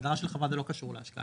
הגדרה של חברה זה לא קשור להשקעה,